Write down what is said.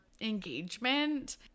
engagement